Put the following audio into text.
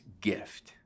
gift